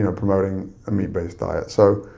you know promoting a meat-based diet. so,